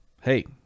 hey